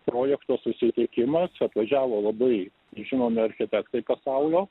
projekto susitikimas atvažiavo labai žinomi architektai pasaulio